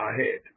ahead